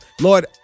Lord